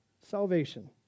Salvation